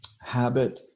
habit